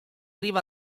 riva